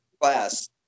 class